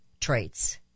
traits